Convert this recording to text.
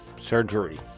surgery